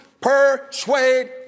persuade